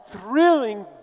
thrilling